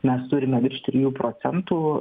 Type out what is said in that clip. mes turime virš trijų procentų